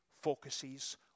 focuses